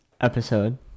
episode